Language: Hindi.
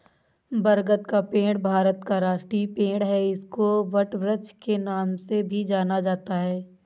बरगद का पेड़ भारत का राष्ट्रीय पेड़ है इसको वटवृक्ष के नाम से भी जाना जाता है